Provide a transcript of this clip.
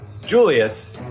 Julius